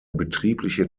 betriebliche